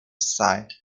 site